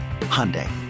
Hyundai